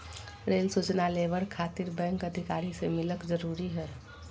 Rail सूचना labour खातिर bank अधिकारी से मिलक जरूरी है?